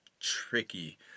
tricky